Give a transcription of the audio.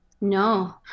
No